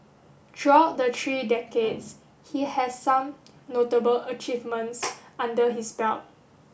throughout the three decades he has some notable achievements under his belt